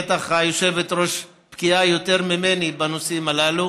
בטח היושבת-ראש בקיאה יותר ממני בנושאים הללו.